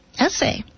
essay